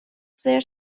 زرت